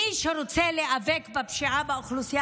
מי שרוצה להיאבק בפשיעה באוכלוסייה